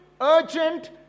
urgent